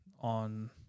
on